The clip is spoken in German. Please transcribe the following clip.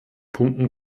punkten